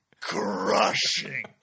crushing